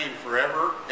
forever